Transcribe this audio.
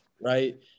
right